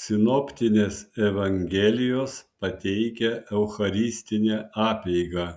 sinoptinės evangelijos pateikia eucharistinę apeigą